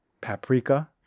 paprika